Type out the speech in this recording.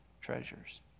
treasures